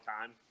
time